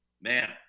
man